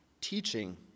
teaching